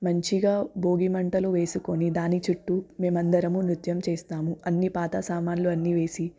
మంచిగా భోగి మంటలు వేసుకుని దాని చుట్టూ మేమందరము నృత్యం చేస్తాము అన్నీ పాతసామాన్లు అన్నీ వేసి